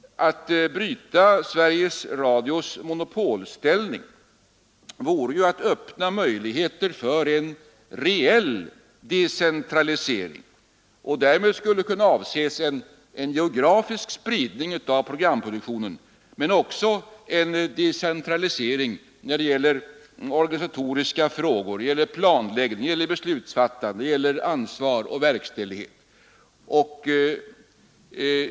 Att bryta Sveriges Radios monopolställning vore ju att öppna möjligheter för en reell decentralisering, och därmed skulle kunna nås en geografisk spridning av programproduktionen men också en decentralisering när det gäller organisatoriska frågor, planläggning, beslutsfattande, ansvar och verkställighet.